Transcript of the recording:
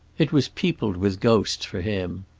it was peopled with ghosts, for him.